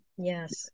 Yes